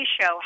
show